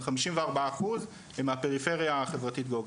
54 אחוז הם מהפריפריה החברתית-גאוגרפית,